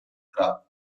craft